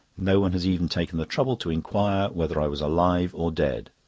no one has even taken the trouble to inquire whether i was alive or dead.